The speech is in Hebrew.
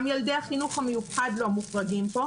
גם ילדי החינוך המיוחד לא מוחרגים כאן.